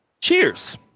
Cheers